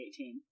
2018